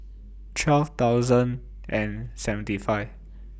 twelve thousand and seventy five